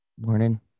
morning